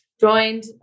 joined